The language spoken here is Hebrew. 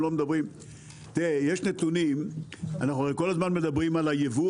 הרי אנחנו כל הזמן מדברים על היבוא